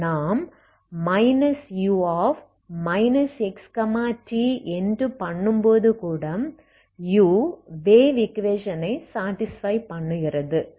நாம் u xt என்று பண்ணும்பொது கூட U வேவ் ஈக்வேஷனை சாடிஸ்பை பண்ணுகிறது